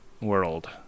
world